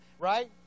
right